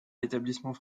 l’établissement